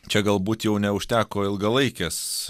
čia galbūt jau neužteko ilgalaikės